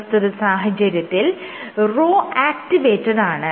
പ്രസ്തുത സാഹചര്യത്തിൽ Rho ആക്റ്റീവേറ്റഡാണ്